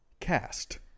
Cast